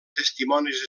testimonis